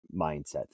mindset